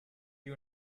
you